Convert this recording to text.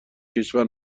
کشور